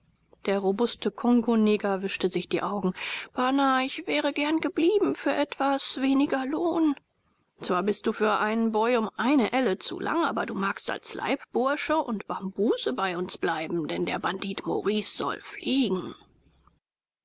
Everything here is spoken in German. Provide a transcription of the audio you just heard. der robuste kongoneger wischte sich die augen bana ich wäre gern geblieben für etwas weniger lohn zwar bist du für einen boy um eine elle zu lang aber du magst als leibbursche und bambuse bei uns bleiben denn der bandit maurice soll fliegen